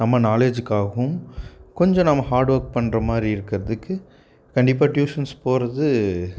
நம்ம நாலேஜுக்காகவும் கொஞ்சம் நம்ம ஹார்ட் ஒர்க் பண்ணுற மாதிரி இருக்கிறதுக்கு கண்டிப்பாக டியூஷன்ஸ் போகிறது